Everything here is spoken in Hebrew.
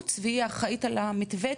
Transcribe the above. החוץ והיא אחראית על המתווה,